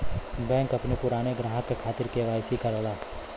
bank अपने पुराने ग्राहक के खातिर के.वाई.सी करला